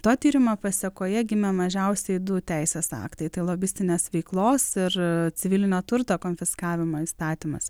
to tyrimo pasekoje gimė mažiausiai du teisės aktai tai lobistinės veiklos ir civilinio turto konfiskavimo įstatymas